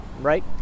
right